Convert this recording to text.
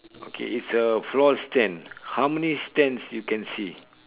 okay is a floor stand how many stands you can see